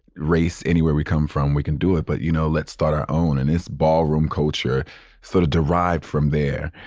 race, anywhere we come from, we can do it. but, you know, let's start our own and this ballroom culture sort of derived from there.